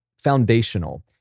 foundational